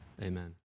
amen